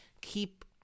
keep